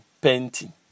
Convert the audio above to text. painting